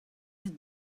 aet